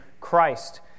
Christ